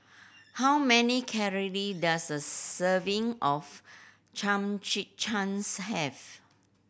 how many calory does a serving of Chimichangas have